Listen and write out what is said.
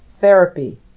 therapy